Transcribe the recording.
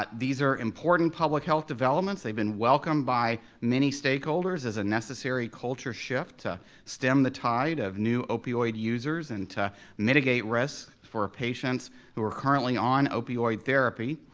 but these are important public health developments, they've been welcomed by many stakeholders as a necessary culture shift to stem the tide of new opioid users and to mitigate risks for patients who are currently on opioid therapy,